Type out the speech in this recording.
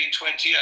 28